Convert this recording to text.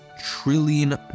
trillion